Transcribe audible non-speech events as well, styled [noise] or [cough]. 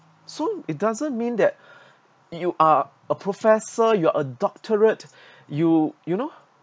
so it doesn't mean that [breath] you are a professor you are a doctorate you you know